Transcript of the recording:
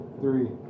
Three